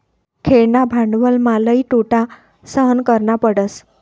खेळणा भांडवलमा लई तोटा सहन करना पडस